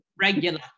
Regular